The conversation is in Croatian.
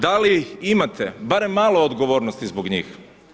Da li imat barem malo odgovornosti zbog njih?